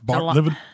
Living